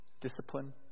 discipline